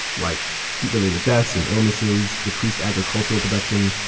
like heat-related deaths and illnesses, decreased agricultural production,